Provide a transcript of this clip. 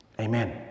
amen